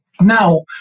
Now